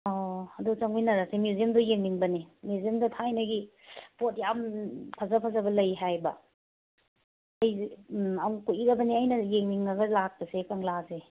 ꯑꯣ ꯑꯗꯨ ꯆꯪꯃꯤꯟꯅꯔꯁꯦ ꯃ꯭ꯌꯨꯖ꯭ꯌꯝꯗꯣ ꯌꯦꯡꯅꯤꯡꯕꯅꯦ ꯃ꯭ꯌꯨꯖ꯭ꯌꯝꯗꯣ ꯊꯥꯏꯅꯒꯤ ꯄꯣꯠ ꯌꯥꯝ ꯐꯖ ꯐꯖꯕ ꯂꯩ ꯍꯥꯏꯌꯦꯕ ꯑꯩꯁꯦ ꯌꯥꯝ ꯀꯨꯏꯔꯕꯅꯦ ꯑꯩꯅ ꯌꯦꯡꯅꯤꯡꯉꯒ ꯂꯥꯛꯄꯁꯦ ꯀꯪꯂꯥꯁꯦ